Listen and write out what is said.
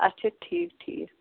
اَچھا ٹھیٖک ٹھیٖک